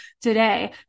today